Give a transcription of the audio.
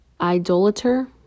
idolater